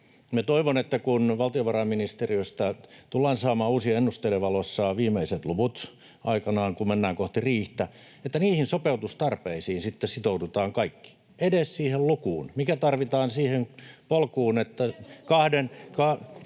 toivon, että kun valtiovarainministeriöstä tullaan saamaan uusien ennusteiden valossa viimeiset luvut aikanaan kun mennään kohti riihtä, niihin sopeutustarpeisiin sitten sitoudutaan kaikki, edes siihen lukuun, mikä tarvitaan siihen polkuun, että...